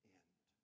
end